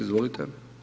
Izvolite.